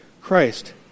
Christ